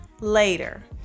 later